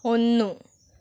ഒന്ന്